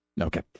Okay